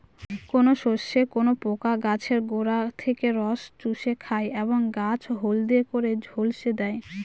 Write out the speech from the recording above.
কোন শস্যে কোন পোকা গাছের গোড়া থেকে রস চুষে খায় এবং গাছ হলদে করে ঝলসে দেয়?